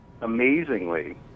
amazingly